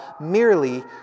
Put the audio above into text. merely